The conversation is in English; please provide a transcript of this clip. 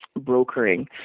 brokering